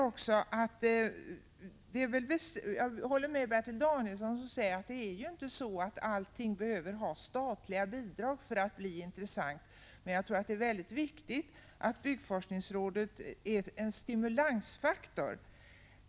Jag håller med Bertil Danielsson. Han säger nämligen att det inte alltid behövs statliga bidrag för att ett projekt skall vara intressant. Jag tror dock att byggforskningsrådet är en väldigt viktig stimulansfaktor.